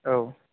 औ